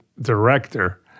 director